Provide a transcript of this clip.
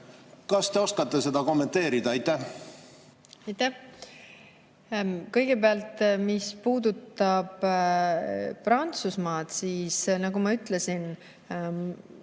Kas te oskate seda kommenteerida? Aitäh! Kõigepealt, mis puudutab Prantsusmaad, siis nagu ma ütlesin,